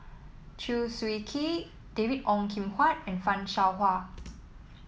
Chew Swee Kee David Ong Kim Huat and Fan Shao Hua